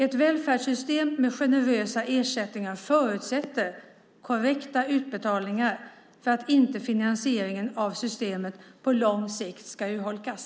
Ett välfärdssystem med generösa ersättningar förutsätter korrekta utbetalningar för att inte finansieringen av systemet på lång sikt ska urholkas.